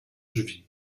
drzwi